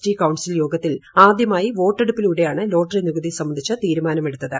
T council യോഗത്തിൽ ആദ്യമായി വോട്ടെടുപ്പിലൂടെയാണ് ലോട്ടറി നികുതി സംബന്ധിച്ച് തീരുമാനമെടുത്തത്